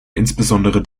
insbesondere